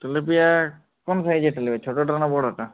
tilapia কোন সাইজেরটা নেবে ছোটোটা না বড়োটা